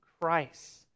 Christ